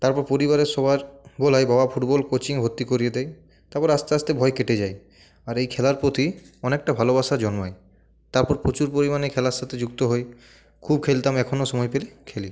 তারপর পরিবারের সবার বলায় বাবা ফুটবল কোচিংয়ে ভর্তি করিয়ে দেয় তারপর আস্তে আস্তে ভয় কেটে যায় আর এই খেলার প্রতি অনেকটা ভালোবাসা জন্মায় তারপর প্রচুর পরিমাণে খেলার সাথে যুক্ত হই খুব খেলতাম এখনও সময় পেলে খেলি